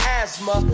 asthma